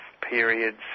periods